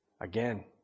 Again